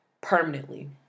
permanently